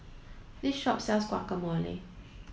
this shop sells Guacamole